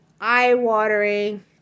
eye-watering